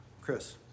Chris